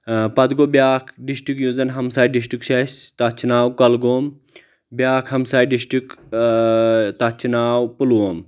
پتہٕ گوٚو بیاکھ ڈسٹک یُس زن ہمساے ڈسٹک چھُ اسہِ تتھ چھُ ناو کۄلگوم بیاکھ ہمساے ڈسٹک اۭں تتھ چھُ ناو پلووم